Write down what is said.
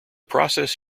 process